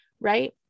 right